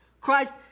Christ